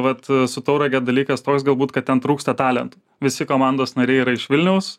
vat su taurage dalykas toks galbūt kad ten trūksta talentų visi komandos nariai yra iš vilniaus